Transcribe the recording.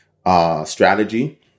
strategy